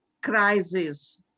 crisis